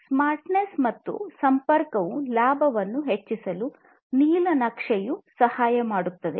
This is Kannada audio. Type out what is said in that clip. ಸ್ಮಾರ್ಟ್ನೆಸ್ ಮತ್ತು ಸಂಪರ್ಕವು ಲಾಭವನ್ನು ಹೆಚ್ಚಿಸಲು ನೀಲನಕ್ಷೆಯು ಸಹಾಯ ಮಾಡುತ್ತದೆ